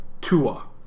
Tua